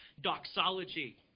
doxology